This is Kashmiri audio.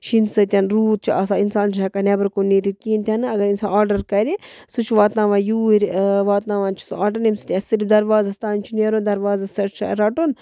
شیٖنہٕ سۭتۍ روٗد چھُ آسان اِنسان چھُ ہٮ۪کن نٮ۪بر کُن نیٖرتھ کِہیٖنۍ تہِ نہٕ اگر اِنسان آرڈر کَرِ سُہ چھُ واتناوان یور واتناوان چھِ سُہ آرڈر ییٚمہِ سۭتۍ اَسہِ صِرف دروازس تانۍ چھُ نٮ۪رُن دروازس تانۍ چھُ رَٹن